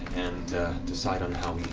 and decide on how